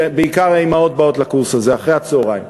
ובעיקר האימהות באות לקורס הזה אחרי-הצהריים.